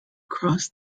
cross